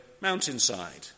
mountainside